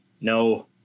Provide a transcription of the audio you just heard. no